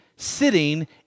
sitting